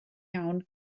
iawn